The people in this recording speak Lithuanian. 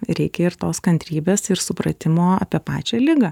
reikia ir tos kantrybės ir supratimo apie pačią ligą